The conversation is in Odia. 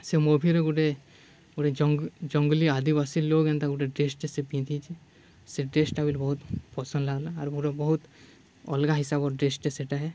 ସେ ମୁଭିରେ ଗୁଟେ ଗୁଟେ ଜଙ୍ଗ୍ଲି ଆଦିବାସୀ ଲୋକ୍ ଏନ୍ତା ଗୁଟେ ଡ୍ରେସ୍ଟେ ସେ ପିନ୍ଧିଚେ ସେ ଡ୍ରେସ୍ଟା ବି ବହୁତ୍ ପସନ୍ଦ୍ ଲାଗ୍ଲା ଆର୍ ଗୁଟେ ବହୁତ୍ ଅଲ୍ଗା ହିସାବର୍ ଡ୍ରେସ୍ଟେ ସେଟା ଏ